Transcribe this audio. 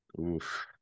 Oof